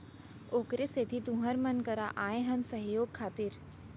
ओखरे सेती तुँहर मन करा आए हन सहयोग खातिर